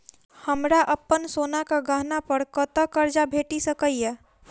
हमरा अप्पन सोनाक गहना पड़ कतऽ करजा भेटि सकैये?